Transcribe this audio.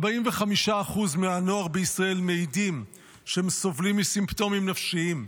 45% מהנוער בישראל מעידים שהם סובלים מסימפטומים נפשיים.